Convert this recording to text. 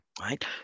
right